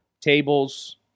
tables